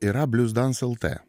yra blues dance lt